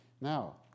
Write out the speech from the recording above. Now